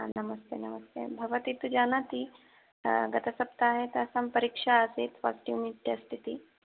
आं नमस्ते नमस्ते भवती तु जानाति गतसप्ताहे तासां परीक्षा आसीत् फ़र्स्ट् युनिट् टेस्ट् इति